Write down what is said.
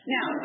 Now